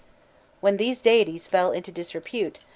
when these deities fell into disrepute,